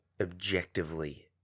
objectively